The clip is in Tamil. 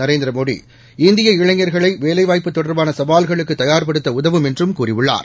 நரேந்திர மோடி இந்திய இளைஞர்களை வேலைவாய்ப்பு தொடர்பான சவால்களுக்குத் தயார்படுத்த உதவும் என்றும் கூறியுள்ளார்